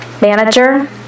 manager